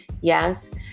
yes